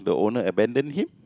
the owner abandon him